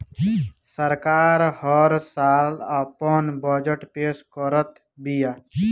सरकार हल साल आपन बजट पेश करत बिया